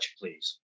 please